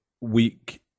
weak